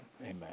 Amen